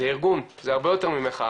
זה ארגון, זה הרבה יותר ממחאה,